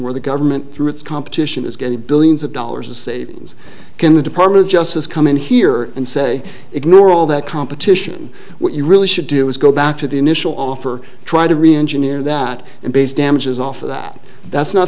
where the government through its competition is getting billions of dollars of savings in the department of justice come in here and say ignore all that competition what you really should do is go back to the initial offer try to reengineer that and base damages off of that that's not